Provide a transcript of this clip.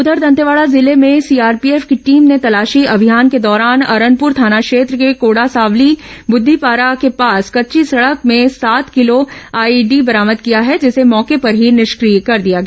उधर दंतेवाडा जिले में सीआरपीएफ की टीम ने तलाशी अभियान के दौरान अरनपुर थाना क्षेत्र के कोडासावली बुद्धिपारा के पास कच्ची सड़क में सात किलो आईईडी बरामद किया जिसे मौके पर ही निष्क्रिय कर दिया गया